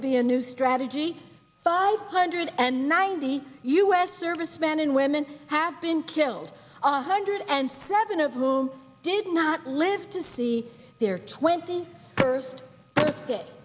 to be a new strategy five hundred and ninety u s servicemen and women have been killed a hundred and seven of will did not live to see their twenty first birthday